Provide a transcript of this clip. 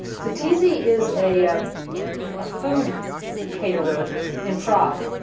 zatisi is a um ah food caterer in prague.